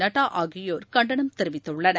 நட்டா ஆகியோர் கண்டனம் தெரிவித்துள்ளனர்